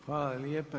Hvala lijepa.